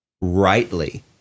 rightly